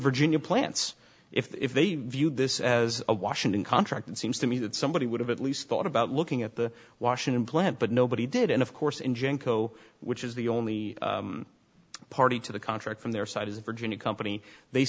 virginia plants if they view this as a washington contract it seems to me that somebody would have at least thought about looking at the washington plant but nobody did and of course in genco which is the only party to the contract from their side as a virginia company they